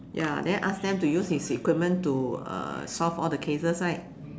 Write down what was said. ya then ask them to use his equipment to uh solve all the cases right